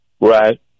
right